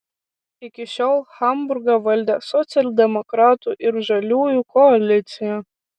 iki šiol hamburgą valdė socialdemokratų ir žaliųjų koalicija